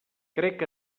crec